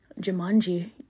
Jumanji